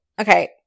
okay